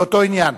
באותו עניין.